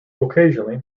occasionally